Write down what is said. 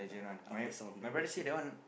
up the sound and watch here